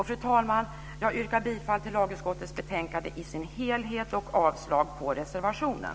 Fru talman! Jag yrkar bifall till lagutskottets hemställan i dess helhet och avslag på reservationen.